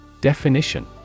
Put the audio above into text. Definition